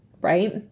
Right